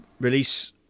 release